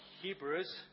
Hebrews